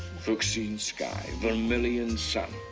fuchsin sky, vermilion sun.